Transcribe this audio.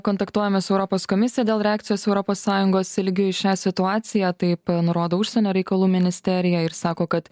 kontaktuojame su europos komisija dėl reakcijos europos sąjungos lygiu į šią situaciją taip nurodo užsienio reikalų ministerija ir sako kad